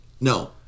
No